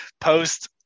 post